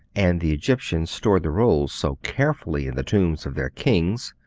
and the egyptians stored the rolls so carefully in the tombs of their kings,